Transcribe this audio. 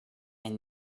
and